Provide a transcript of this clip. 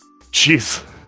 Jeez